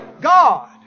God